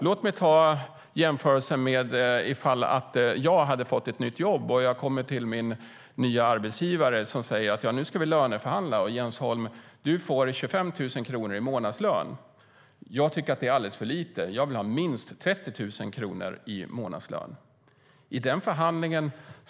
Låt mig jämföra med om jag har fått ett nytt jobb och min nya arbetsgivare i löneförhandlingen säger att jag ska få 25 000 kronor i månadslön. Jag tycker att det är för lite och vill ha minst 30 000 kronor i månadslön.